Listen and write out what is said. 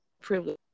privilege